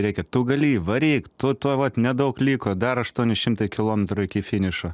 rėkia tu gali varyk tu tuoj vat nedaug liko dar aštuoni šimtai kilometrų iki finišo